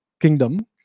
kingdom